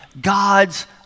God's